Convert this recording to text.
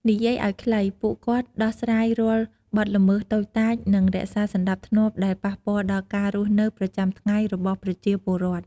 និយាយឲ្យខ្លី ពួកគាត់ដោះស្រាយរាល់បទល្មើសតូចតាចនិងរក្សាសណ្ដាប់ធ្នាប់ដែលប៉ះពាល់ដល់ការរស់នៅប្រចាំថ្ងៃរបស់ប្រជាពលរដ្ឋ។